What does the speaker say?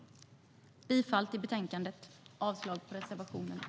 Jag yrkar bifall till förslaget i betänkandet och avslag på reservationerna.